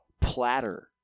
Platter